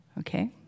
Okay